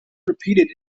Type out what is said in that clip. repeated